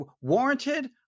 warranted